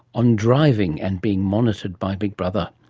on driving and being monitored by big brother.